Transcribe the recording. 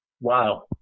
Wow